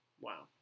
Wow